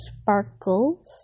sparkles